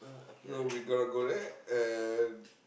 so we gotta go there and